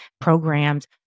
programs